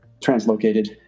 translocated